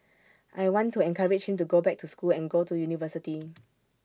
I want to encourage him to go back to school and go to university